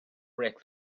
break